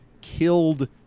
killed